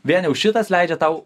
vien jau šitas leidžia tau